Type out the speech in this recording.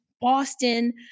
Boston